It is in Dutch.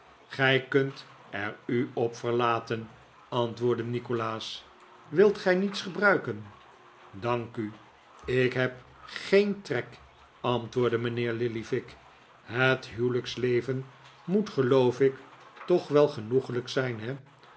gij kunt er u op verlaten antwoordde nikolaas wilt gij niets gebruiken dank u ik heb geen trek antwoordde mijnheer lillyvick het huwelijksleven moet geloof ik toch wel genoeglijk zijn he